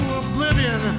oblivion